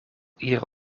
iedere